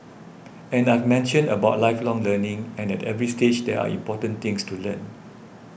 and I've mentioned about lifelong learning and at every stage there are important things to learn